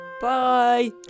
bye